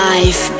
Life